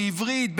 בעברית,